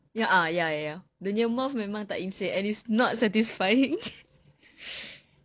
ya ah ya ya dia punya mouth memang tak in sync and it's not satisfying